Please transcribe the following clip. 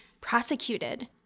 prosecuted